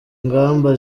ingamba